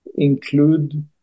Include